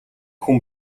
хүн